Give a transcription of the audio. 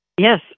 Yes